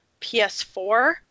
PS4